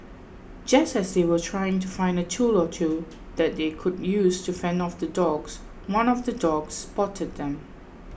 just as they were trying to find a tool or two that they could use to fend off the dogs one of the dogs spotted them